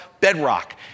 bedrock